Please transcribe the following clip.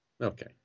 Okay